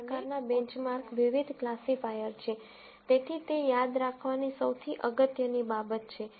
તો આ વળાંક પ્રકારના બેંચમાર્ક વિવિધ ક્લાસિફાયર છે તેથી તે યાદ રાખવાની સૌથી અગત્યની બાબત છે